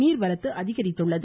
நீர்வரத்து அதிகரித்துள்ளது